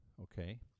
Okay